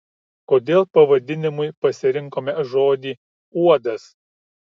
kodėl pavadinimui pasirinkome žodį uodas